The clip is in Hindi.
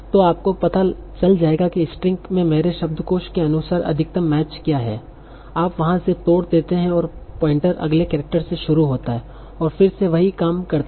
तो आपको पता चल जाएगा कि स्ट्रिंग में मेरे शब्दकोश के अनुसार अधिकतम मैच क्या है आप वहां से तोड़ देते हैं और पॉइंटर अगले कैरेक्टर से शुरू होता और फिर से वही काम करते हैं